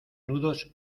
nudos